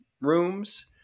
rooms